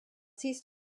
ceased